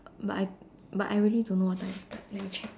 but I but I really don't know what time it start let me check